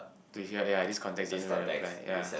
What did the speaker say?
to hear that ah yea yea this context doesn't really apply yeah